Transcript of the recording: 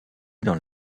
dans